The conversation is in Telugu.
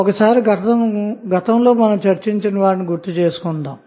ఒకసారి గతంలో మనం చర్చించిన వాటిని గుర్తు చేసుకొంటాము